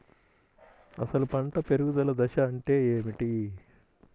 అసలు పంట పెరుగుదల దశ అంటే ఏమిటి?